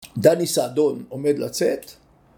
דני סעדון עומד לצאת